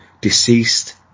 Deceased